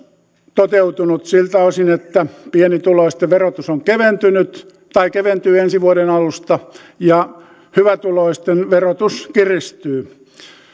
toteutunut siltä osin että pienituloisten verotus on keventynyt tai keventyy ensi vuoden alusta ja hyvätuloisten verotus kiristyy